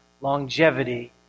longevity